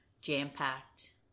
jam-packed